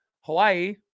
Hawaii